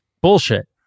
bullshit